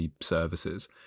services